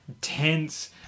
tense